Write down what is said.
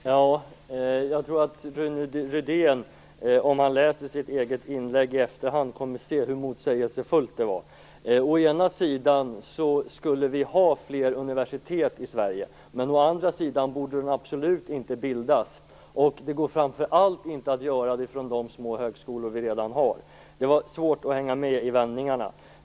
Herr talman! Jag tror att om Rune Rydén läser sitt eget inlägg i efterhand kommer han att se hur motsägelsefullt det var. Å ena sidan skulle vi ha fler universitet i Sverige, men å andra sidan borde de absolut inte bildas. Och det går framför allt inte att göra det från de små högskolor som vi redan har. Det var svårt att hänga med i vändningarna.